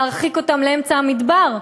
להרחיק אותם לאמצע המדבר.